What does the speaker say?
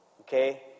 okay